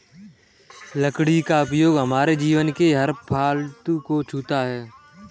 लकड़ी का उपयोग हमारे जीवन के हर पहलू को छूता है